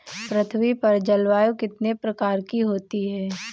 पृथ्वी पर जलवायु कितने प्रकार की होती है?